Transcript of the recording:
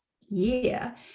year